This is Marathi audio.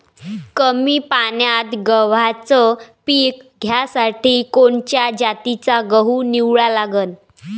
कमी पान्यात गव्हाचं पीक घ्यासाठी कोनच्या जातीचा गहू निवडा लागन?